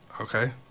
Okay